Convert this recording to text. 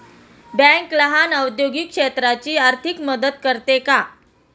Bank लहान औद्योगिक क्षेत्राची आर्थिक मदत करते का?